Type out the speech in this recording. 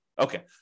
Okay